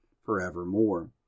forevermore